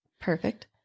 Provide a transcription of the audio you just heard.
Perfect